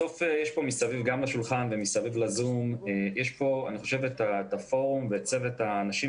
יש פה מסביב לשולחן ומסביב לזום פורום וצוות של אנשים